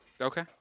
Okay